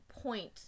point